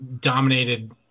dominated